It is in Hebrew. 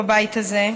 בבית הזה.